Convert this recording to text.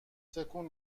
تکون